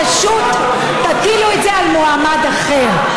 פשוט תטילו את זה על מועמד אחר.